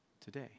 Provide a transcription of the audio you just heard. today